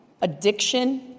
addiction